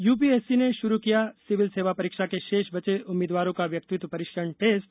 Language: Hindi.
यूपीएससी ने शुरू किया सिविल सेवा परीक्षा के शेष बचे उम्मीदवारों का व्यक्तित्व परीक्षण टेस्ट